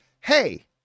hey